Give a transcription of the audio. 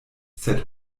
sed